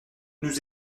nous